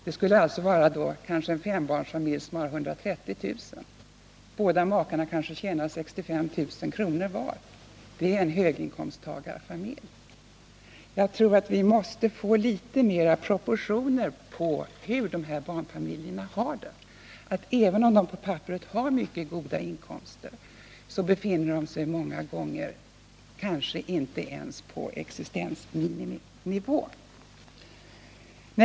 Det skulle då kanske vara en fembarnsfamilj som har 130 000 kr. i inkomst. Makarna kanske tjänar 65 000 kr. var. Det är en höginkomsttagarfamilj! Jag tror att vi måste inse hur flerbarnsfamiljerna har det. Även om de på papperet har goda inkomster befinner de sig många gånger inte ens på existensminiminivå.